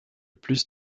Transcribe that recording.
plus